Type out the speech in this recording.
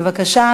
בבקשה,